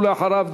ואחריו,